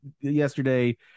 yesterday